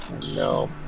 No